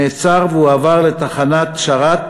נעצר והועבר לתחנת "שרת",